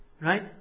right